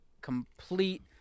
complete